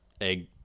egg